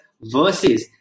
versus